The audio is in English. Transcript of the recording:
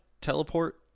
teleport